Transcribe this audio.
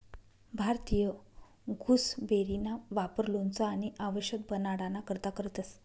भारतीय गुसबेरीना वापर लोणचं आणि आवषद बनाडाना करता करतंस